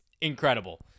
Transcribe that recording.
incredible